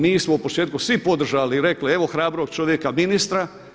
Mi smo u početku svi podržali i rekli evo hrabrog čovjeka ministra.